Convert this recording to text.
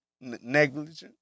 Negligence